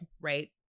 Right